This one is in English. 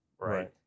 right